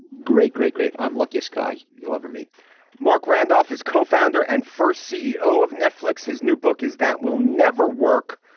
great great great. i'm luckiest guy you'll ever meet marc randolph is co-founder and first ceo of netflix. his new book is that will never work.